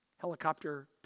helicopter